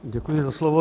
Děkuji za slovo.